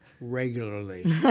regularly